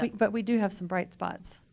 but we do have some bright spots.